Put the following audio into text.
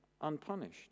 unpunished